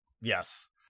yes